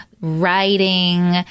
writing